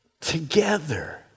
together